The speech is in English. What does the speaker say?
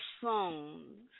phones